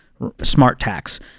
SmartTax